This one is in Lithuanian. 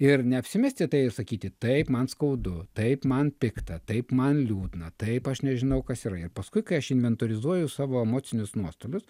ir neapsimesti tai sakyti taip man skaudu taip man pikta taip man liūdna taip aš nežinau kas yra ir paskui kai aš inventorizuoju savo emocinius nuostolius